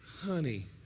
Honey